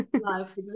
life